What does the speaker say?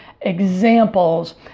examples